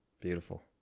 Beautiful